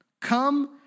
come